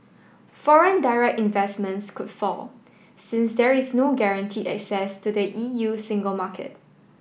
foreign direct investment could fall since there is no guaranteed access to the E U single market